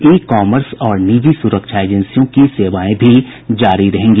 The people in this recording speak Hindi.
ई कॉमर्स और निजी सुरक्षा एजेंसियों की सेवाएं भी जारी रहेंगी